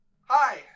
Hi